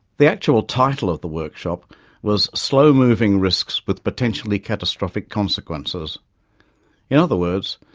the actual title of the workshop was slow moving risks with potentially catastrophic consequences' in other words,